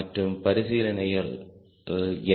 மற்றும் பரிசீலனைகள் என்ன